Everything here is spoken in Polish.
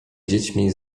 dziećmi